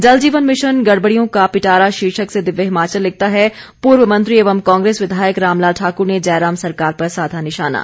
जल जीवन मिशन गड़बड़ियों का पिटारा शीर्षक से दिव्य हिमाचल लिखता है पूर्व मंत्री एवं कांग्रेस विधायक रामलाल ठाकुर ने जयराम सरकार पर साधा निशाना